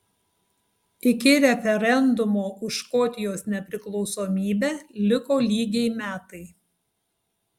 iki referendumo už škotijos nepriklausomybę liko lygiai metai